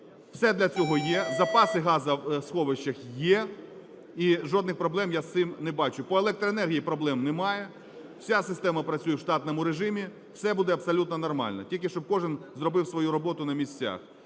все для цього є запаси у газосховищах є, і жодних проблем я з цим не бачу. По електроенергії проблем немає, вся система працює в штатному режимі, все буде абсолютно нормально, тільки щоб кожен зробив свою роботу на місцях.